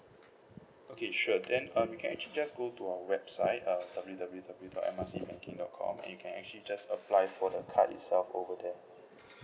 okay sure then um you can actually just go to our website uh W W W dot M R C banking dot com and you can actually just apply for the card itself over there